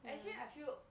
actually I feel